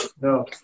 No